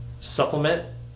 supplement